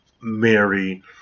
Mary